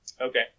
Okay